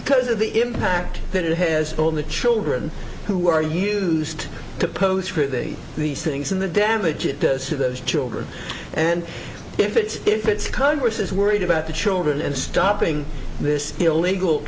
because of the impact that it has on the children who are used to post these things and the damage it does to those children and if it's if its congress is worried about the children and stopping this illegal